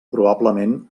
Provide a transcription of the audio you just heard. probablement